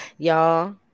Y'all